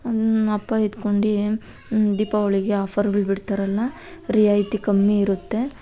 ಅಪ್ಪ ಇದ್ಕೊಂಡು ದೀಪಾವಳಿಗೆ ಆಫರ್ಗಳು ಬಿಡ್ತಾರಲ್ಲ ರಿಯಾಯಿತಿ ಕಮ್ಮಿ ಇರುತ್ತೆ